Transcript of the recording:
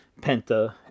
Penta